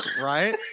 Right